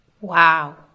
Wow